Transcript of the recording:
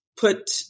put